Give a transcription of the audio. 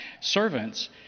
servants